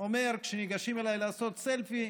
כשניגשים אליי לעשות סלפי,